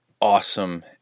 awesome